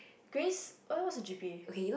Grace why what's her g_p_a